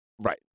Right